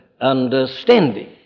understanding